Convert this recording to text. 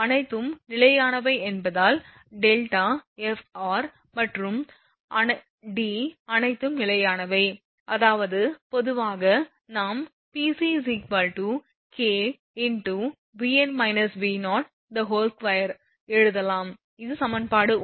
அனைத்தும் நிலையானவை என்பதால் δ f r மற்றும் D அனைத்தும் நிலையானவை அதாவது பொதுவாக நாம் Pc K 2 எழுதலாம் இது சமன்பாடு 1